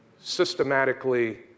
systematically